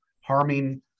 harming